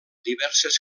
diverses